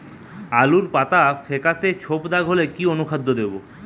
আলুর পাতা ফেকাসে ছোপদাগ হলে কি অনুখাদ্য দেবো?